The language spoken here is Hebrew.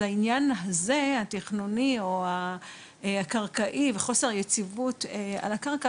לעניין הזה התכנוני או הקרקעי וחוסר היציבות על הקרקע,